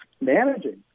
managing